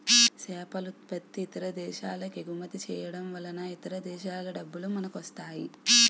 సేపలుత్పత్తి ఇతర దేశాలకెగుమతి చేయడంవలన ఇతర దేశాల డబ్బులు మనకొస్తాయి